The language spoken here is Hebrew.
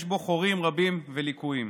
יש בו חורים רבים וליקויים.